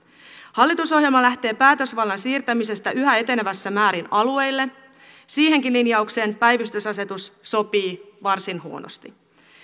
hallitusohjelma lähtee päätösvallan siirtämisestä yhä etenevässä määrin alueille siihenkin linjaukseen päivystysasetus sopii varsin huonosti